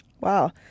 Wow